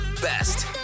best